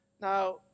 Now